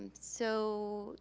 and so,